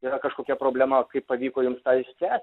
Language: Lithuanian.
yra kažkokia problema kaip pavyko jiems tą išspręs